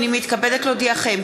הנני מתכבדת להודיעכם,